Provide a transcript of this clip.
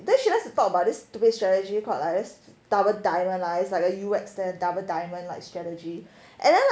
then she wants to talk about this stupid strategy called like just double diamond lah it's like a U_X that double diamond like strategy and then